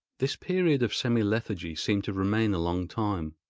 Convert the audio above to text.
this period of semi-lethargy seemed to remain a long time,